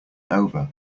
over